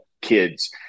kids